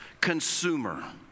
consumer